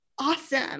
Awesome